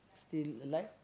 still alive